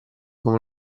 come